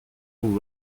vous